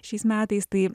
šiais metais tai